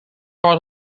part